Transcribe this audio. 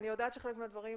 אני יודעת שחלק מהדברים